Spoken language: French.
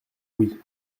oui